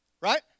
right